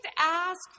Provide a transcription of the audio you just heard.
ask